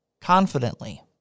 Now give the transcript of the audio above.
confidently